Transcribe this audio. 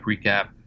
recap